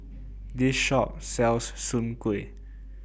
This Shop sells Soon Kway